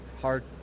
hard